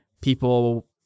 People